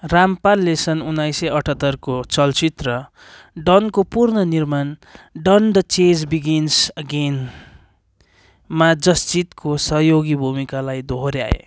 रामपालले सन् उन्नाइस सय अठहत्तरको चलचित्र डनको पुनर्निर्माण डन द चेज बिगिन्स अगेनमा जस्जितको सहयोगी भूमिकालाई दोहोऱ्याए